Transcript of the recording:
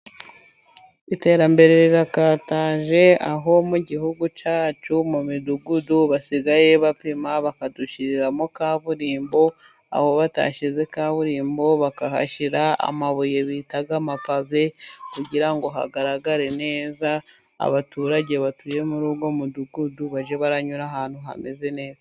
Iterambere rirakataje aho mu Gihugu cyacu mu midugudu, basigaye bapima bakadushyiriramo kaburimbo, aho badashyize kaburimbo bakahashyira amabuye bita amapave, kugira ngo hagaragare neza, abaturage batuye muri uwo mudugudu bajye baranyura ahantu hameze neza.